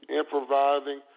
improvising